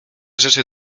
rzeczy